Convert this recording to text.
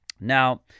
Now